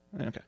Okay